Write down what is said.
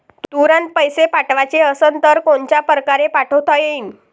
तुरंत पैसे पाठवाचे असन तर कोनच्या परकारे पाठोता येईन?